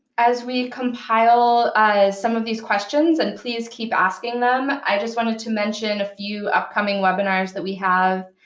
as we compile some of these questions and please keep asking them i just wanted to mention a few upcoming webinars that we have.